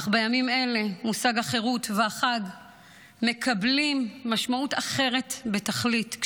אך בימים אלה מושג החירות והחג מקבלים משמעות אחרת בתכלית.